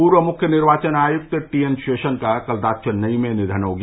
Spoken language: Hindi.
पूर्व मुख्य निर्वाचन आयुक्त टीएन शेषन का कल रात चेन्नई में निधन हो गया